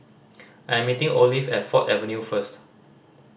I'm meeting Olive at Ford Avenue first